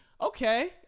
Okay